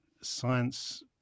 science